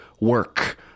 work